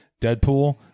Deadpool